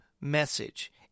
message